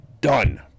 done